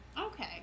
Okay